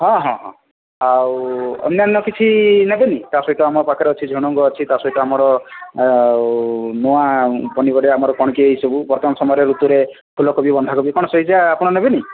ହଁ ହଁ ହଁ ଆଉ ଅନ୍ୟାନ୍ୟ କିଛି ନେବେ ନାହିଁ ତା ସହିତ ଆମ ପାଖରେ ଅଛି ଝୁଡ଼ୁଙ୍ଗ ଅଛି ତା ସହିତ ଆମର ନୂଆ ପନିପରିବା ଆମର କଣ କି ଏଇ ସବୁ ବର୍ତ୍ତମାନ ସମୟରେ ଋତୁରେ ଫୁଲକୋବି ବନ୍ଧାକୋବି କଣ ସେଇ ଯା ଆପଣ ନେବେନି